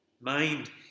Mind